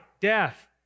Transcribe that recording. death